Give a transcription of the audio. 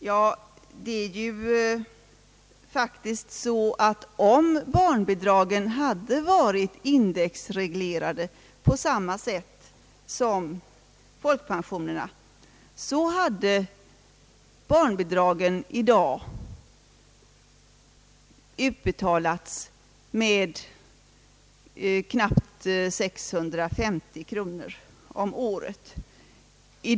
Nu är det ju faktiskt så att om barnbidragen hade va rit indexreglerade på samma sätt som folkpensionerna, hade barnbidragen nu utbetalats med 650 kronor om året.